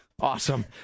awesome